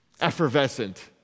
effervescent